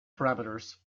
parameters